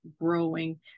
growing